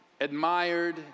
admired